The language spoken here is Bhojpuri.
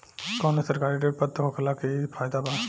कवनो सरकारी ऋण पत्र होखला के इ फायदा बा